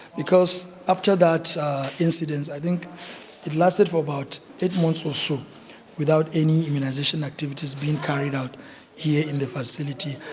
because after that incident i think it lasted for about eight months or so without any immunisation activities being carried out here in the facility.